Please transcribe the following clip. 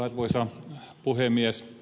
arvoisa puhemies